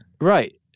Right